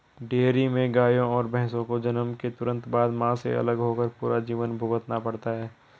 dairy में गायों और भैंसों को जन्म के तुरंत बाद, मां से अलग होकर पूरा जीवन भुगतना पड़ता है